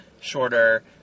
Shorter